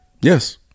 yes